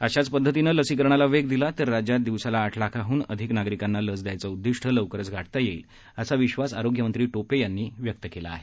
अशाच पद्धतीनं लसीकरणाला वेग दिला तर राज्यात दिवसाला आठ लाखांहून अधिक नागरिकांना लस द्यायचं उद्दिष्ट लवकरच गाठता येईल असा विश्वास आरोग्यमंत्री टोपे यांनी व्यक्त केला आहे